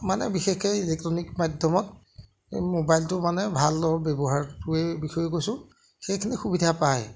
মানে বিশেষকৈ ইলেক্ট্ৰনিক মাধ্যমত এই ম'বাইলটো মানে ভালৰ ব্যৱহাৰটোৱে বিষয়ে কৈছোঁ সেইখিনি সুবিধা পায়